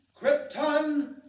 Krypton